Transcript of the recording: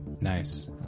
Nice